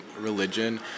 religion